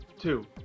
Two